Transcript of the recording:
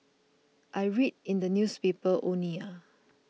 I read in the newspaper only ah